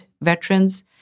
veterans